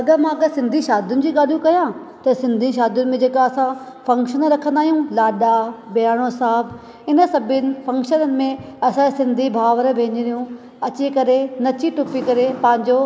अगरि मां अगरि सिंधी शादीयुनि जी ॻाल्हियूं कयां थो सिंधी शादीयुनि में जेका असां फंक्शन रखंदा आहियूं लाडा बहिराणो साहब हिन सभिनी फंक्शन में असां सिंधी भावरु भेनरियूं अची करे नची टुपी करे पंहिंजो